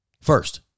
first